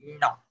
no